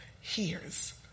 hears